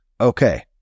Okay